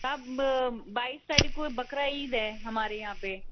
साहब बाईस तारीख को ये बकरा ईद है हमारे यहाँ पे